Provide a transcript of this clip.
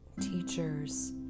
teachers